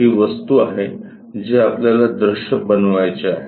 ही वस्तू आहे जे आपल्याला दृश्य बनवायचे आहे